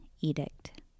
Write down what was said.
edict